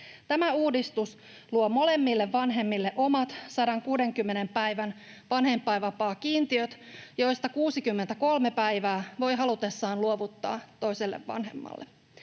Tämä uudistus luo molemmille vanhemmille omat 160 päivän vanhempainvapaakiintiöt, joista 63 päivää voi halutessaan luovuttaa toiselle vanhemmalle.